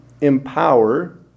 empower